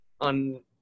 on